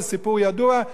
זה סיפור ידוע,